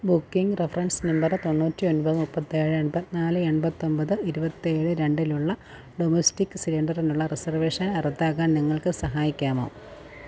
booking reference number തൊണ്ണൂറ്റിയൊൻമ്പത് മുപ്പത്തേഴ് എൺപത്തിനാല് എൺപത്തൊമ്പത് ഇരുപത്തേഴ് രണ്ടിലുള്ള ഡൊമസ്റ്റിക് സിലിണ്ടറിനുള്ള റിസർവേഷൻ റദ്ദാക്കാൻ നിങ്ങൾക്ക് സഹായിക്കാമോ